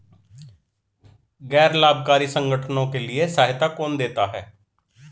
गैर लाभकारी संगठनों के लिए सहायता कौन देता है?